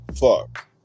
Fuck